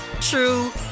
true